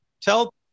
tell